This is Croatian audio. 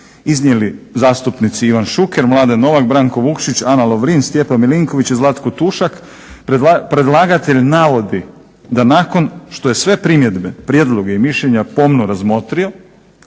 iznijeli zastupnici Ivan Šuker, Mladen Novak, Branko Vukšić, Ana Lovrin, Stjepan MIlinković i Zlatko Tušak predlagatelj navodi da nakon što je primjedbe, prijedloge i mišljenja pomno razmotrio